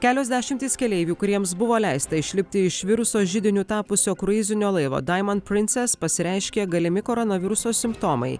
kelios dešimtys keleivių kuriems buvo leista išlipti iš viruso židiniu tapusio kruizinio laivo diamond princess pasireiškė galimi koronaviruso simptomai